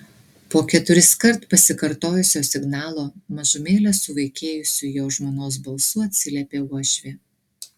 po keturiskart pasikartojusio signalo mažumėlę suvaikėjusiu jo žmonos balsu atsiliepė uošvė